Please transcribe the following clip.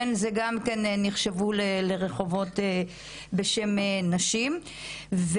זה גם כן נחשבו לרחובות בשם נשים.